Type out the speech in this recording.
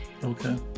okay